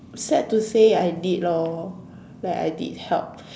sad to say I did lor like I did help